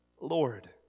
Lord